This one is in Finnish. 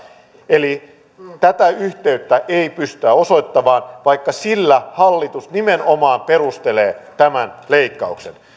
eli tätä yhteyttä ei pystytä osoittamaan vaikka sillä hallitus nimenomaan perustelee tämän leikkauksen